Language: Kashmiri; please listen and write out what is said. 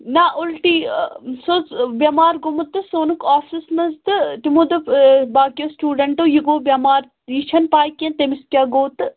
نہَ اُلٹی سُہ اوس بٮ۪مار گوٚمُت تہٕ سُہ اوٚنُکھ آفِسس منٛز تہٕ تِمو دوٚپ باقٕیو سِٹوٗڈنٛٹو یہِ گوٚو بٮ۪مار یہِ چھَنہٕ پےَ کیٚنٛہہ تٔمِس کیٛاہ گوٚو تہٕ